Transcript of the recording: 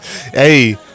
Hey